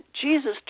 Jesus